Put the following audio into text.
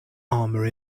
armour